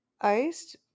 Iced